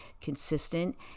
consistent